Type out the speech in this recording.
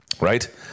Right